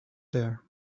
there